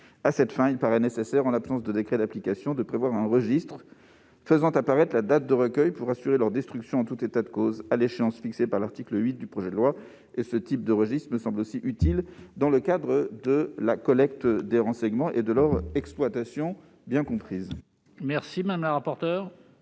À cette fin, il paraît nécessaire, en l'absence de décret d'application, de prévoir un registre faisant apparaître la date de recueil pour assurer leur destruction en tout état de cause à l'échéance fixée par l'article 8 du projet de loi. Ce type de registre me semble également utile dans le cadre de la collecte des renseignements et de leur exploitation bien comprise. Quel est l'avis de